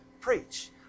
preach